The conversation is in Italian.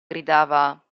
gridava